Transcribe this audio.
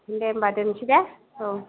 दे होनबा दोनसै दे औ